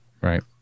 right